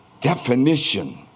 definition